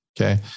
Okay